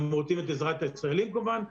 והם רוצים את עזרת הישראלים כמובן,